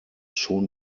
schon